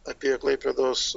apie klaipėdos